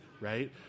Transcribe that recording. right